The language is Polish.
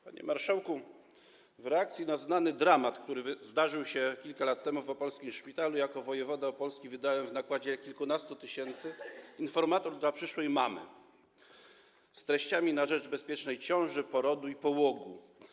Panie Marszałku, w reakcji na znany dramat, który zdarzył się kilka lat temu w opolskim szpitalu, jako wojewoda opolski wydałem w nakładzie kilkunastu tysięcy „Informator dla przyszłej matki” z treściami o bezpiecznej ciąży, porodzie i połogu.